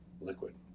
liquid